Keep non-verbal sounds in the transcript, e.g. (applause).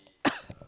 (coughs)